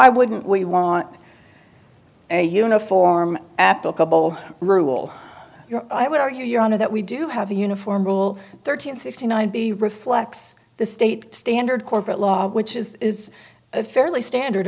why wouldn't we want a uniform applicable rule i would argue your honor that we do have a uniform rule thirteen sixty nine b reflects the state standard corporate law which is a fairly standard